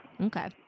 Okay